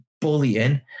bullying